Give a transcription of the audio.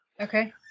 Okay